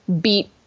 beat